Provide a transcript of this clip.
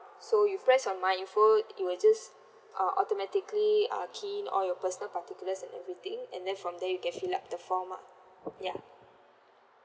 so you press on MyInfo it will just uh automatically uh key in all your personal particulars and everything and then from there you can fill up the form lah ya